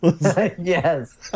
Yes